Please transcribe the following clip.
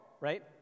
Right